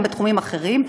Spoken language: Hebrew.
גם בתחומים אחרים,